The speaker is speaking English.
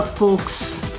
folks